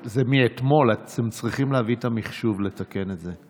אתם צריכים להביא את המחשוב לתקן את זה.